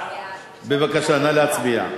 להארכת תוקפן של תקנות שעת-חירום